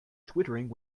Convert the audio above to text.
twittering